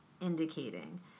indicating